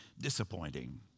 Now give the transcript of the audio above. disappointing